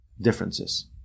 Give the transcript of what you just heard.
differences